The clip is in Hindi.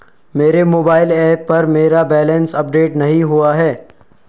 मेरे मोबाइल ऐप पर मेरा बैलेंस अपडेट नहीं हुआ है